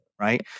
right